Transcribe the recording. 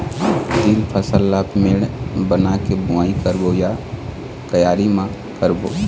तील फसल ला मेड़ बना के बुआई करबो या क्यारी म करबो?